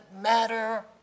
matter